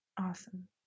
Awesome